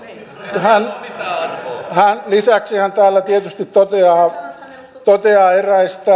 toteaa lisäksi hän täällä tietysti toteaa toteaa eräistä